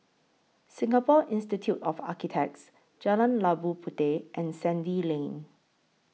Singapore Institute of Architects Jalan Labu Puteh and Sandy Lane